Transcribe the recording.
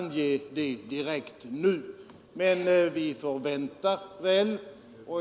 nu direkt ange ett belopp.